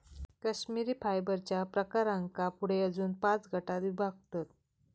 कश्मिरी फायबरच्या प्रकारांका पुढे अजून पाच गटांत विभागतत